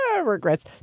Regrets